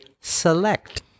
select